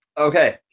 Okay